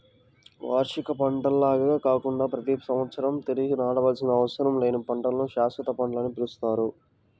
వార్షిక పంటల్లాగా కాకుండా ప్రతి సంవత్సరం తిరిగి నాటవలసిన అవసరం లేని పంటలను శాశ్వత పంటలని పిలుస్తారు